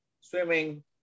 swimming